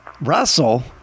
Russell